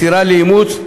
מסירה לאימוץ,